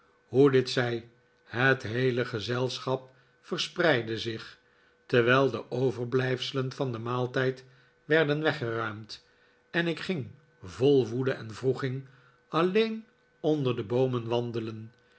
hoe dit zij het heele gezelschap verspreidde zich terwijl de overblijfselen van den maaltijd werden weggeruimd en ik ging vol woede en wroeging alleen onder de boomen wandelen